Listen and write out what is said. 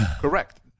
correct